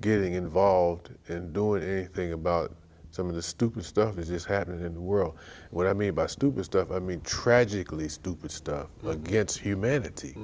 getting involved and doing anything about some of the stupid stuff that is happening in the world what i mean by stupid stuff i mean tragically stupid stuff gets humanity